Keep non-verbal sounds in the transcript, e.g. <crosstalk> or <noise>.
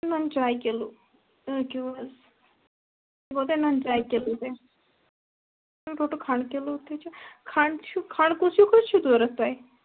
نُنہٕ چاے کِلو رُکو حظ یہِ گوٚو تۄہہ نُنہ چاے کلو تہِ <unintelligible> کھنڈ کِلو تہِ چھُ کھنڈ چھُ کھنڈ کُس ہیوٗ کُس چھُ ضوٚرت تۄہہ